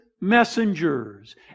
messengers